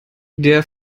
der